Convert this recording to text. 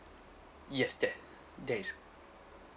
yes there there is